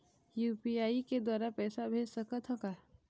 UPI के द्वारा पैसा भेज सकत ह का?